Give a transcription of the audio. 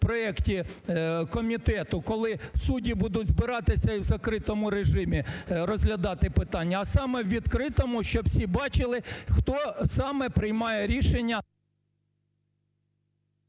в проекті комітету, коли судді будуть збиратися і в закритому режимі розглядати питання, а саме у відкритому, щоб всі бачили, хто саме приймає рішення…